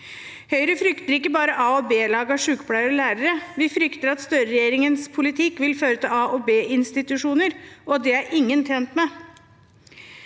Høyre frykter ikke bare a- og b-lag av sykepleiere og lærere. Vi frykter at Støre-regjeringens politikk vil føre til a- og binstitusjoner. Det er ingen tjent med.